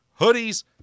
hoodies